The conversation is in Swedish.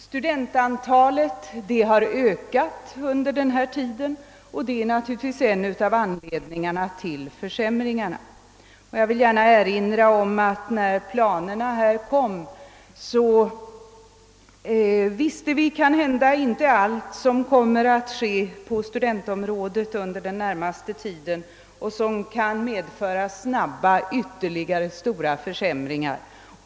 Studentantalet har ökat under senare tid, och det är naturligtvis en av anledningarna till försämringen. Jag vill gärna erinra om att när planerna gjordes upp, så visste man kanske inte allt som skulle komma att ske på studentområdet under den närmaste tiden och som kunde medföra snabba, ytterligare stora försämringar.